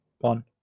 one